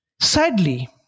Sadly